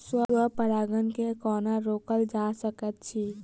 स्व परागण केँ कोना रोकल जा सकैत अछि?